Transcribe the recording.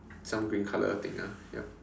some green color thing ah yup